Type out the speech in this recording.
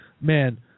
Man